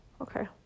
okay